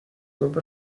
were